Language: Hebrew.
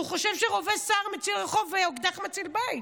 שהוא חושב שרובה סער מציל רחוב ואקדח מציל בית,